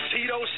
Tito